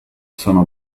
sono